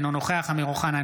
אינו נוכח אמיר אוחנה,